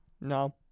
No